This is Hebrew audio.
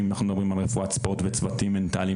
אם אנחנו מדברים על רפואת ספורט וצוותים מנטליים